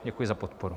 Děkuji za podporu.